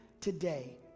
today